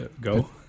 Go